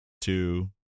two